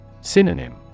Synonym